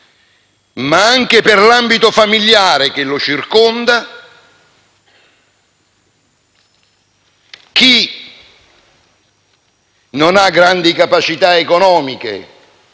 ma anche per l'ambito familiare che lo circonda, chi non ha grandi capacità economiche